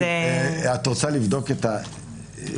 את רוצה לבדוק את הנוסח?